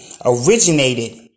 originated